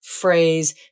phrase